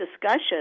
discussion